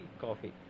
Coffee